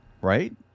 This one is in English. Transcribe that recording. right